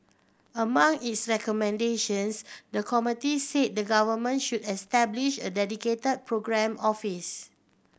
among its recommendations the committee say the Government should establish a dedicate programme office